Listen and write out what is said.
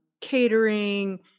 catering